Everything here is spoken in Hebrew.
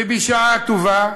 ובשעה טובה,